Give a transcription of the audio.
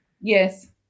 Yes